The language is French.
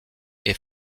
est